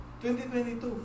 2022